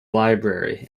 library